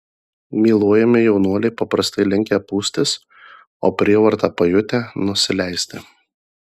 myluojami jaunuoliai paprastai linkę pūstis o prievartą pajutę nusileisti